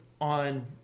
on